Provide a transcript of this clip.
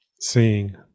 Seeing